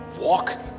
Walk